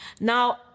Now